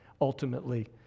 ultimately